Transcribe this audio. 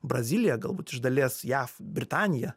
brazilija galbūt iš dalies jav britanija